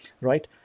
Right